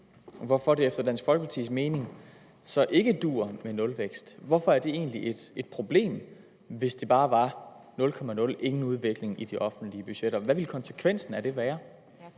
hvorfor det efter Dansk Folkepartis mening så ikke duer med nulvækst, hvorfor det egentlig er et problem, hvis det bare var 0,0, altså ingen udvikling i de offentlige budgetter, og hvad konsekvensen af det ville